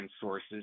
sources